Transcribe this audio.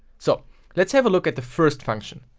so let's have a look at the first function.